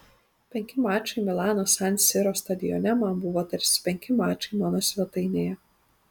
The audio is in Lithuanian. penki mačai milano san siro stadione man buvo tarsi penki mačai mano svetainėje